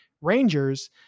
Rangers